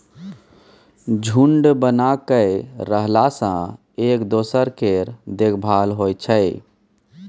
झूंड बना कय रहला सँ एक दोसर केर देखभाल होइ छै